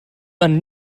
man